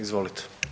Izvolite.